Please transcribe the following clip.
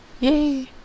Yay